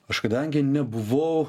aš kadangi nebuvau